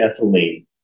ethylene